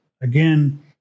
again